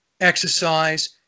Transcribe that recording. exercise